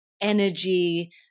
energy